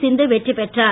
சிந்து வெற்றி பெற்றார்